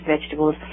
vegetables